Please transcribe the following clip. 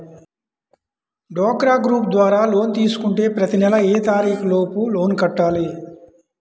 డ్వాక్రా గ్రూప్ ద్వారా లోన్ తీసుకుంటే ప్రతి నెల ఏ తారీకు లోపు లోన్ కట్టాలి?